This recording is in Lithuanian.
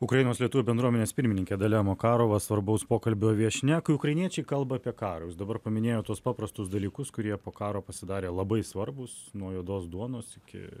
ukrainos lietuvių bendruomenės pirmininkė dalia makarova svarbaus pokalbio viešnia kai ukrainiečiai kalba apie karą jūs dabar paminėjot tuos paprastus dalykus kurie po karo pasidarė labai svarbūs nuo juodos duonos iki